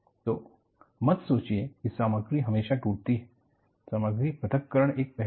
तो मत सोचो कि सामाग्री हमेशा टूटती है सामग्री पृथक्करण एक पहलू है